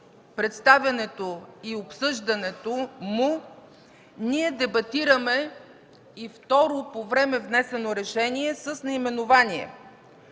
представянето и обсъждането му, ние дебатираме и второ по време внесено решение с наименование: